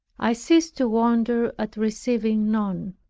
i ceased to wonder at receiving none.